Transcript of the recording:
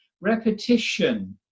Repetition